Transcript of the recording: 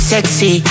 Sexy